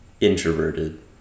Introverted